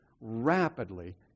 rapidly